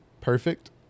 perfect